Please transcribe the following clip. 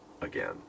again